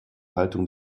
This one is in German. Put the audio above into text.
haltung